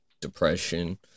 depression